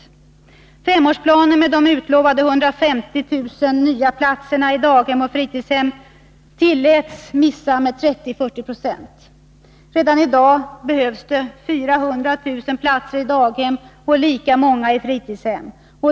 Man tillät en avvikelse från femårsplanen, med de utlovade 150 000 nya platserna i daghem och fritidshem, med 30-40 26. Redan i dag behövs det 400 000 platser i daghem och lika många i fritidshem.